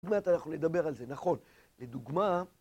עד מעט אנחנו נדבר על זה. נכון. לדוגמא...